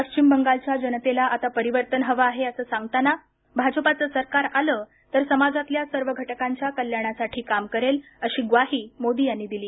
पश्चिम बंगालच्या जनतेला आता परिवर्तन हवं आहे असं सांगतानाच भाजपाचं सरकार आलं तर समाजातल्या सर्व घटकांच्या कल्याणासाठी काम करेल अशी ग्वाही मोदी यांनी दिली